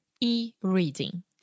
e-reading